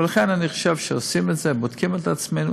לכן אני חושב שעושים את זה, בודקים את עצמנו.